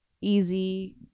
easy